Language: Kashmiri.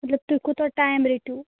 مطلب تُہۍ کوٗتاہ ٹایم رٔٹِو